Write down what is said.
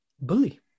bully